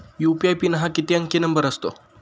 UPI PIN हा किती अंकी नंबर असतो?